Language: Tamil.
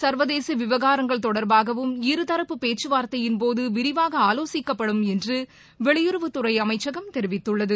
சர்வதேசவிவகாரங்கள் தொடர்பாகவும் இருதரப்பு பேச்சுவார்த்தையின் போதுவிரிவாகஆலோசிக்கபடும் என்றுவெளியுறவுத் துறைஅமைச்சகம் தெரிவித்துள்ளது